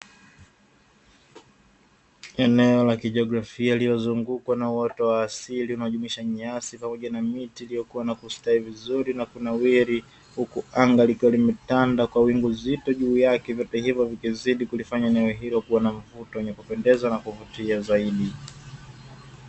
Eneo la kijiografia iliyozungukwa na uoto wa asili unajumisha nyasi pamoja na miti iliyokua na kustawi vizuri na kunawiri, huku anga likiwa limetanda kwa wingu zipo juu yake vikizidi kulifanya leo hilo kuwa na mvuto wenye kupendeza na kuvutia zaidi.